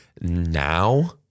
now